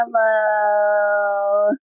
Hello